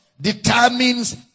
determines